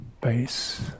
base